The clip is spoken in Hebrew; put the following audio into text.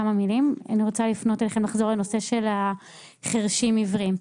אני רוצה לחזור לנושא של החירשים-עיוורים.